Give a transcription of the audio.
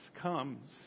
comes